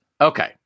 Okay